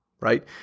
right